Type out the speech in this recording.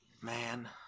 man